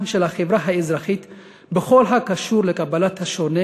של החברה האזרחית בכל הקשור לקבלת השונה,